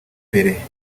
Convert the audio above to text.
pele